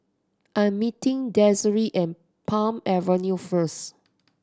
I am meeting Desirae at Palm Avenue first